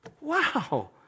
Wow